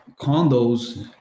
condos